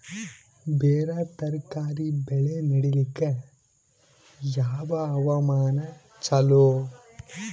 ಬೇರ ತರಕಾರಿ ಬೆಳೆ ನಡಿಲಿಕ ಯಾವ ಹವಾಮಾನ ಚಲೋ?